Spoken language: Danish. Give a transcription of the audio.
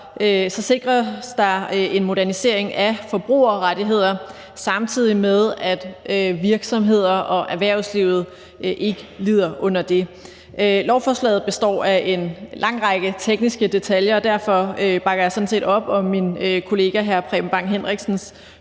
set sikres der en modernisering af forbrugerrettigheder, samtidig med at virksomheder og erhvervslivet ikke lider under det. Lovforslaget består af en lang række tekniske detaljer, og derfor bakker jeg sådan set op om min kollega hr. Preben Bang Henriksens